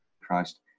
Christ